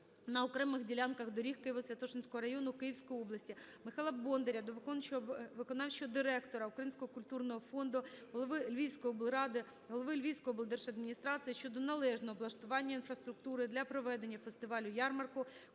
на окремих ділянках доріг Києво-Святошинського району Київської області. Михайла Бондаря до виконавчого директора Українського культурного фонду, голови Львівської облради, голови Львівської облдержадміністрації щодо належного облаштування інфраструктури для проведення фестивалю ярмарку "Корона